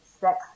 sex